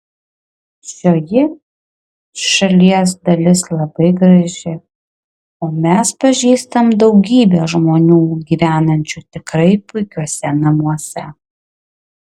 šioji šalies dalis labai graži o mes pažįstam daugybę žmonių gyvenančių tikrai puikiuose namuose